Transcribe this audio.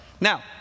Now